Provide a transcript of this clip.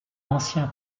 ancien